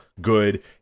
good